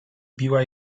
biła